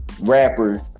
rappers